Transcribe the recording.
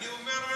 אני אומר,